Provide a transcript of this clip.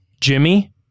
jimmy